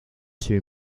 two